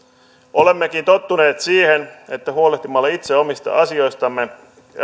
olemmekin tottuneet siihen että huolehtimalla itse omista asioistamme